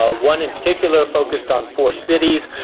ah one in particular focused on four cities,